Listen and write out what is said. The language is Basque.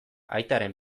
aitaren